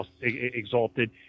exalted